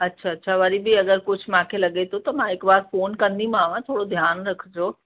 अच्छा अच्छा वरी बि अगरि कुझु मूंखे लॻे थो त मां हिकु बार फ़ोन कंदीमांव थोरो ध्यानु रखिजो